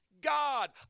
God